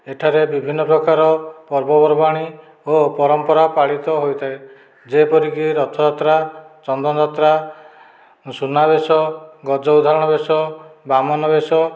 ଏଠାରେ ବିଭିନ୍ନ ପ୍ରକାରର ପର୍ବ ପର୍ବାଣୀ ଓ ପରମ୍ପରା ପାଳିତ ହୋଇଥାଏ ଯେପରିକି ରଥଯାତ୍ରା ଚନ୍ଦନଯାତ୍ରା ସୁନାବେଶ ଗଜଉଦ୍ଧାରଣବେଶ ବାମନବେଶ